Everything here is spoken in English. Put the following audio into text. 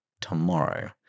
tomorrow